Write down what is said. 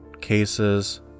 cases